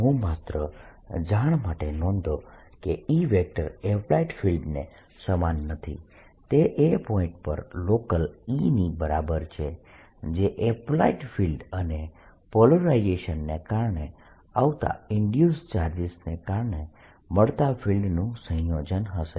હું માત્ર જાણ માટે નોંધો કે E એપ્લાઇડ ફિલ્ડ ને સમાન નથી તે એ પોઇન્ટ પર લોકલ E ની બરાબર છે જે એપ્લાઇડ ફિલ્ડ અને પોલરાઇઝેશનને કારણે આવતા ઇન્ડ્યુસ્ડ ચાર્જીસ ને કારણે મળતા ફિલ્ડનું સંયોજન હશે